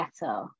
better